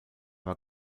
war